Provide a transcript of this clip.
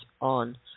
on